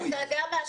אז אתה יודע מה?